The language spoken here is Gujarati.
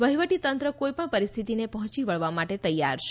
વહીવટી તંત્ર કોઈ પણ પરિસ્થિતિને પહોંચી વળવા તૈયાર છે